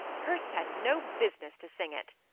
hurst had no business to sing it,